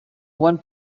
one